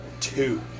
two